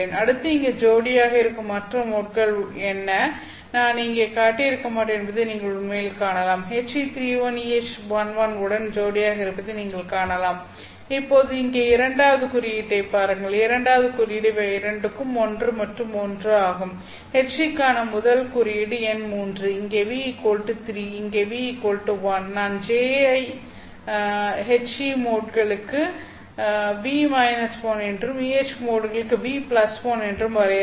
அடுத்து இங்கே ஜோடியாக இருக்கும் மற்ற மோட்கள் என்ன நான் இங்கே காட்டியிருக்க மாட்டேன் என்பதை நீங்கள் உண்மையில் காணலாம் HE31 EH11 உடன் ஜோடியாக இருப்பதை நீங்கள் காணலாம் இப்போது இங்கே இரண்டாவது குறியீட்டைப் பாருங்கள் இரண்டாவது குறியீடு இவை இரண்டுக்கும் 1 மற்றும் 1 ஆகும் HE க்கான முதல் குறியீட்டு எண் 3 இங்கே ν 3 இங்கே ν 1 நான் j ஐ HE மோட்களுக்கு ν 1 என்றும் EH மோட்களுக்கு ν1 என்றும் வரையறுக்க வேண்டும்